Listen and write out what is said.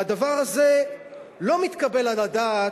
והדבר הזה לא מתקבל על הדעת,